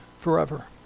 forever